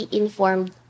informed